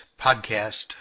podcast